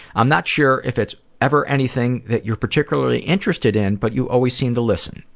i'm not sure if it's ever anything that you're particularly interested in but you always seem to listen.